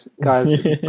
Guys